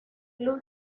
club